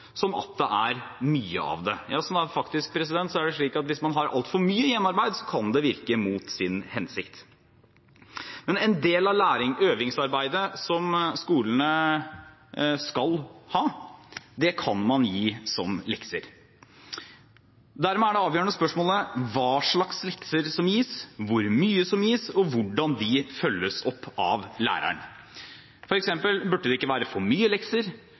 som at det er mye av det. Det er faktisk slik at hvis man har altfor mye hjemmearbeid, kan det virke mot sin hensikt. Men en del av øvingsarbeidet som skolene skal ha, kan man gi som lekser. Dermed er det avgjørende spørsmålet hva slags lekser som gis, hvor mye som gis, og hvordan de følges opp av læreren. For eksempel burde det ikke være for mye lekser,